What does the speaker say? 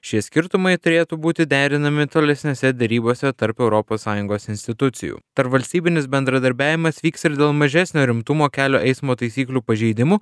šie skirtumai turėtų būti derinami tolesnėse derybose tarp europos sąjungos institucijų tarpvalstybinis bendradarbiavimas vyks ir dėl mažesnio rimtumo kelio eismo taisyklių pažeidimų